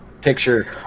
picture